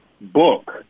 book